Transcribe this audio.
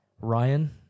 Ryan